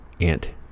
ant